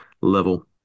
level